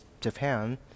Japan